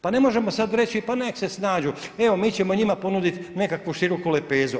Pa ne možemo sad reći pa nek' se snađu, evo mi ćemo njima ponuditi nekakvu široku lepezu.